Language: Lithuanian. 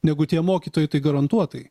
negu tie mokytojai tai garantuotai